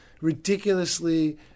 ridiculously